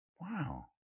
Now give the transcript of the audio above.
wow